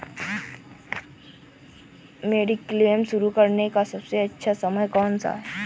Mediclaim शुरू करने का सबसे अच्छा समय कौनसा है?